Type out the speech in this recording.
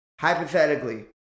Hypothetically